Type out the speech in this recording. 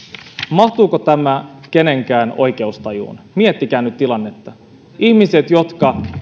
mahtuuko tämä kenenkään oikeustajuun miettikää nyt tilannetta ihmiset jotka